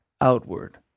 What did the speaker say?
outward